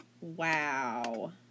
Wow